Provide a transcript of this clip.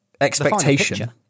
expectation